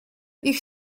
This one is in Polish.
ich